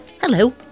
Hello